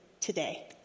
today